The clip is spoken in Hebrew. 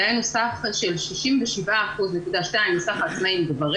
דהיינו סך של 67.2% מסך העצמאים הם גברים